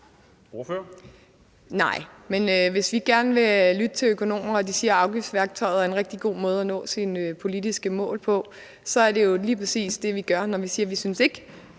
Auken (RV): Nej, men hvis vi gerne vil lytte til økonomer og de siger, at afgiftsværktøjet er en rigtig god måde at nå sine politiske mål på, så er det jo lige præcis det, vi gør, når vi siger: Vi synes ikke,